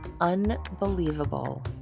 unbelievable